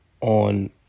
on